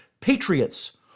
Patriots